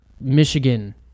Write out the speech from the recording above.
Michigan